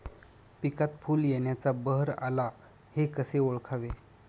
पिकात फूल येण्याचा बहर आला हे कसे ओळखावे?